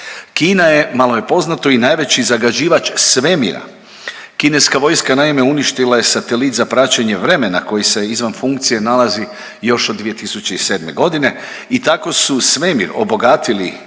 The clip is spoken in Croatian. Kina je malo je poznato i najveći zagađivač svemira. Kineska vojska naime uništila je satelit za praćenje vremena koji se izvan funkcije nalazi još od 2007. godine i tako su svemir obogatili,